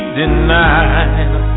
denied